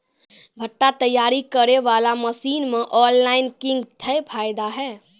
भुट्टा तैयारी करें बाला मसीन मे ऑनलाइन किंग थे फायदा हे?